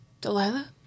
Delilah